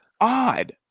odd